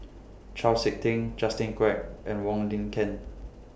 Chau Sik Ting Justin Quek and Wong Lin Ken